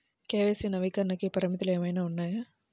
KYC నవీకరణకి పరిమితులు ఏమన్నా ఉన్నాయా?